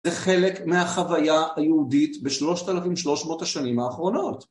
זה חלק מהחוויה היהודית בשלושת אלפים שלוש מאות השנים האחרונות.